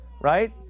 right